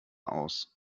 aus